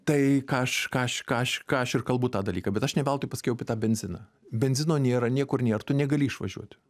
tai ką aš ką aš ką aš ką aš ir kalbu tą dalyką bet aš ne veltui pasakiau apie tą benziną benzino nėra niekur nėr tu negali išvažiuoti